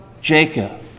Jacob